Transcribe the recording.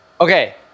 Okay